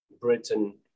Britain